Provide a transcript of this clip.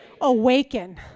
awaken